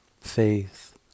faith